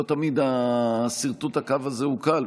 לא תמיד סרטוט הקו הזה הוא קל.